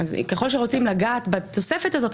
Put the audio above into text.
ככל שרוצים לגעת בתוספת הזאת,